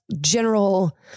general